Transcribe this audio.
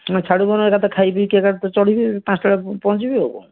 ଛାଡ଼ୁ ନହେଲେ ଏକା ଥରେ ଖାଇପିକି ଏକା ଥରେ ଚଢ଼ିବି ପାଞ୍ଚଟା ବେଳେ ପହଞ୍ଚିବି ଆଉ କଣ